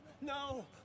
no